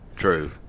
true